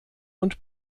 und